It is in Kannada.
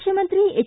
ಮುಖ್ಯಮಂತ್ರಿ ಎಚ್